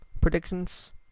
predictions